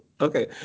Okay